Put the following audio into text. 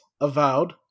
Avowed